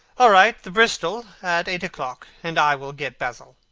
all right. the bristol at eight o'clock and i will get basil.